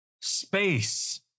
space